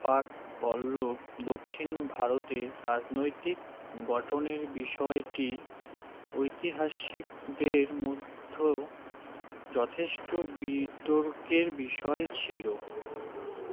পাক পল্লব দক্ষিণ ভারতে রাজনৈতিক গঠনের বিষয়টি ঐতিহাসিকদের মধ্য যথেষ্ট বিতর্কের বিষয় ছিল